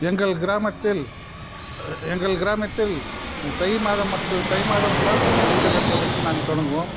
எங்கள் கிராமத்தில் எங்கள் கிராமத்தில் தை மாதம் மற்றும் தை மாதம் தான் வீடு கட்டுவதற்கு நாங்கள் தொடங்குவோம்